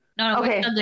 Okay